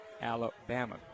Alabama